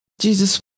Jesus